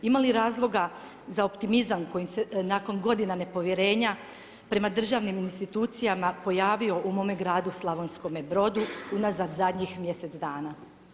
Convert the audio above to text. Imali razloga za optimizam koji se nakon godina nepovjerenja prema državnim institucijama pojavio u mome gradu Slavonskome Brodu unazad zadnjih mjesec dana?